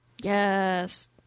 Yes